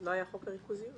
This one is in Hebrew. שלא היה חוק הריכוזיות?